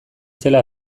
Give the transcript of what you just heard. zela